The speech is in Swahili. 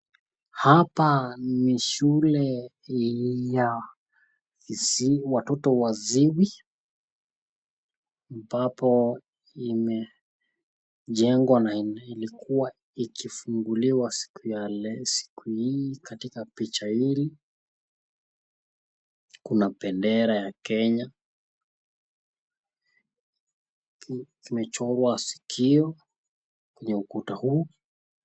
Hapa ni shule ya watoto viziwi, ambapo imejengwa na ilikuwa ikifunguliwa siku ya leo, siku hii katika picha hili. Kuna bendera ya Kenya, kimechorwa sikio kwenye ukuta huu.